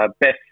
best